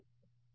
విద్యార్థి సరే